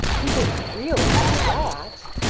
you didn't really eat a rat?